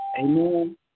Amen